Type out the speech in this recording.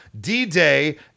D-Day